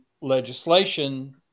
legislation